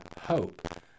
hope